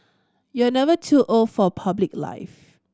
you are never too old for public life